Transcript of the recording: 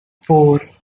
four